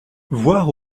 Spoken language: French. voir